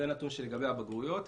זה נתון לגבי הבגרויות,